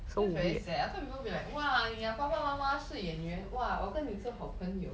that's very sad I thought people will be like !wah! 你的爸爸妈妈是演员哇我跟你做好朋友